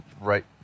right